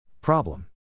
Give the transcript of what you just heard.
Problem